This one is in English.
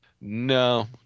No